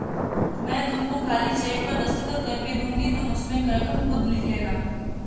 मैं तुमको खाली चेक पर दस्तखत करके दूँगी तुम उसमें रकम खुद लिख लेना